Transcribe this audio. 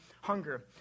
hunger